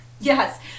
Yes